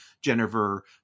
Jennifer